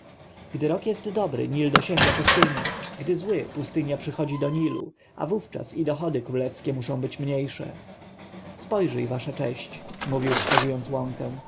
rok jest dobry nil dosięga pustyni gdy zły pustynia przychodzi do nilu a wówczas i dochody królewskie muszą być mniejsze spojrzyj wasza cześć mówił wskazując na łąkę